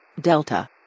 Delta